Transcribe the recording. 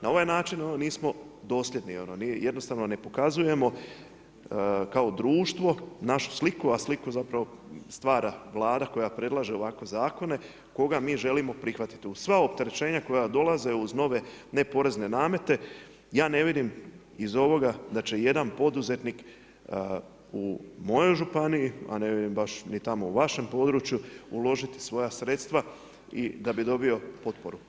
Na ovaj način nismo dosljedni, jednostavno ne pokazujemo kao društvo našu sliku a sliku stvara zapravo Vlada koja predlaže ovakve zakone, koga mi želimo prihvatiti uz sva opterećenja koja dolaze, uz nove neporezne namete, ja ne vidim iz ovoga da će ijedan poduzetnik u mojoj županiji a ne vidim tamo baš ni tamo u vašem području uložiti svoja sredstva da bi dobio potporu.